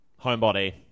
homebody